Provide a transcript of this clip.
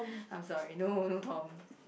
I'm sorry no no Tom